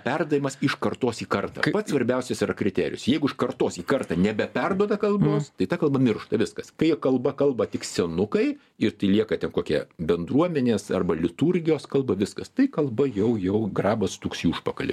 perdavimas iš kartos į kartą kai pats svarbiausias yra kriterijus jeigu iš kartos į kartą nebeperduoda kalbos tai ta kalba miršta viskas kai ja kalba kalba tik senukai ir lieka ten kokie bendruomenės arba liturgijos kalba viskas tai kalba jau jau grabas stuksi į užpakalį